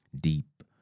deep